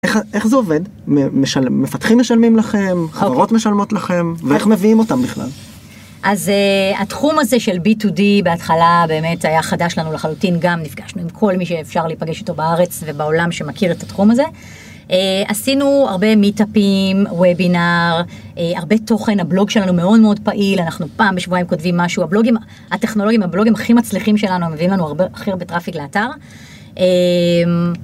איך, איך זה עובד? מפתחים משלמים לכם? חברות משלמות לכם? ואיך מביאים אותם בכלל? אז התחום הזה של B2D בהתחלה באמת היה חדש לנו לחלוטין, גם, נפגשנו עם כל מי שאפשר להיפגש אותו בארץ ובעולם שמכיר את התחום הזה. עשינו הרבה מיטאפים, וובינר. הרבה תוכן, הבלוג שלנו מאוד מאוד פעיל, אנחנו פעם בשבועיים כותבים משהו. הבלוגים הטכנולוגים, הבלוגים הכי מצליחים שלנו, מביאים לנו הרבה, הכי הרבה טראפיק לאתר.